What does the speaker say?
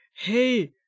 Hey